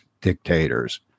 dictators